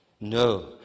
No